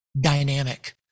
dynamic